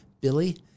Billy